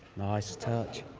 nice touch.